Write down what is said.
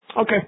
Okay